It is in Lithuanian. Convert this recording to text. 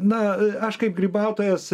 na aš kaip grybautojas